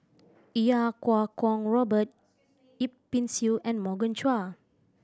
Iau Kuo Kwong Robert Yip Pin Xiu and Morgan Chua